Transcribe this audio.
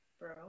bro